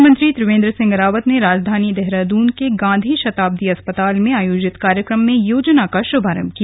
मुख्यमंत्री त्रिवेंद्र सिंह रावत ने राजधानी देहरादून के गांधी शताब्दी अस्पताल में आयोजित कार्यक्रम में योजना का शुभारंभ किया